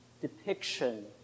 depiction